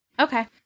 Okay